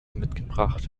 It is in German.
mitgebracht